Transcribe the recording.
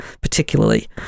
particularly